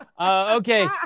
Okay